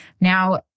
Now